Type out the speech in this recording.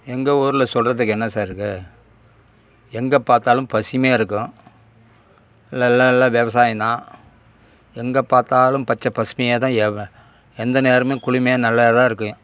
எங்கள் ஊரில் சொல்கிறதுக்கு என்ன சார் இருக்குது எங்கே பார்த்தாலும் பசுமையா இருக்கும் இல்லை இல்லை எல்லாம் விவசாயம் தான் எங்கே பார்த்தாலும் பச்சை பசுமையா தான் எவ எந்த நேரமும் குளுமையாக நல்லா தான் இருக்கும்